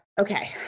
Okay